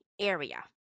area